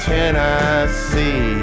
Tennessee